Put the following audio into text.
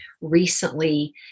recently